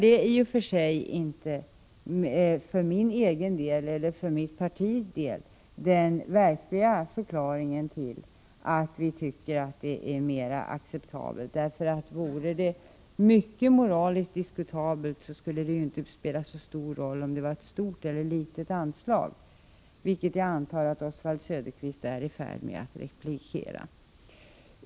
Det är i och för sig inte för min egen del eller för mitt partis del den verkliga förklaringen till att vi tycker att det är mer acceptabelt. Vore det mycket moraliskt diskutabelt skulle det inte spela så stor roll om det var ett stort eller litet anslag, vilket jag antar att Oswald Söderqvist är beredd att replikera.